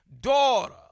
daughter